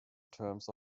terms